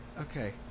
Okay